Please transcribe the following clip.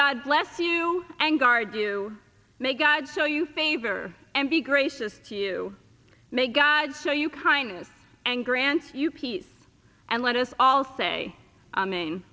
god bless you and guard you may god so you favor and the graces to you may god so you kind and grant you peace and let us all say i mean